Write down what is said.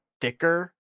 thicker